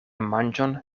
manĝon